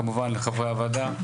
כמובן לחברי הוועדה,